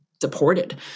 deported